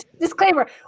Disclaimer